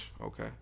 Okay